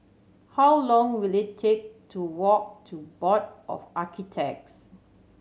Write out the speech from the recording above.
how long will it take to walk to Board of Architects